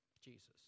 Jesus